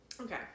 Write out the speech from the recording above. Okay